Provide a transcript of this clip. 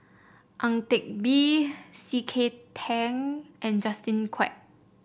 Ang Teck Bee C K Tang and Justin Quek